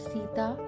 Sita